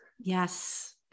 Yes